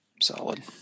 Solid